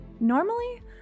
Normally